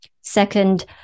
Second